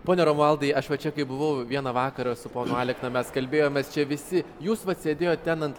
pone romualdai aš va čia kai buvau vieną vakarą su ponu alekna mes kalbėjomės čia visi jūs vat sėdėjot ten ant